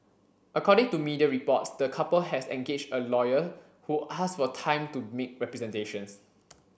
according to media reports the couple has engaged a lawyer who asked for time to make representations